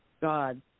God